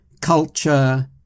culture